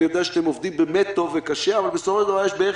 אני יודע שאתם עובדים באמת טוב וקשה אבל בסופו של דבר יש בערך